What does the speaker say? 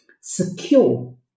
secure